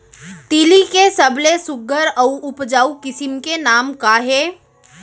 तिलि के सबले सुघ्घर अऊ उपजाऊ किसिम के नाम का हे?